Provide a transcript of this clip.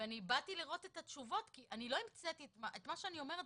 באתי לראות את התשובות כי אני לא המצאתי ומה שאני אומרת